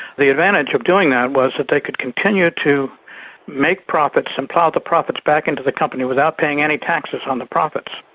the advantage of doing that was that they could continue to make profits and plough the profits back into the company without paying any taxes on the profits,